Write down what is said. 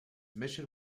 mission